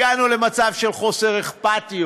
הגענו למצב של חוסר אכפתיות.